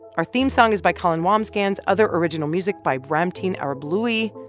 our theme song is by colin wambsgans, other original music by ramtin ah arablouei.